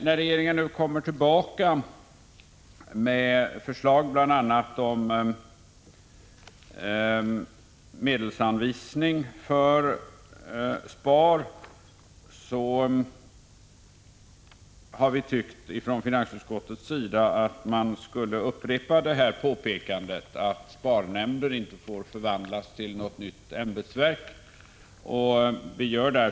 När regeringen nu kommer tillbaka med förslag bl.a. om medelsanvisning för SPAR, har vi från finansutskottets sida upprepat påpekandet att SPAR-nämnden inte får förvandlas till något nytt ämbetsverk.